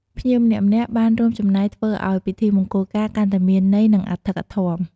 ភ្ញៀវម្នាក់ៗបានរួមចំណែកធ្វើឲ្យពិធីមង្គលការកាន់តែមានន័យ និងអធិកអធម។